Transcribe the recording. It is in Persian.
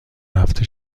هفته